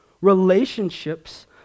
Relationships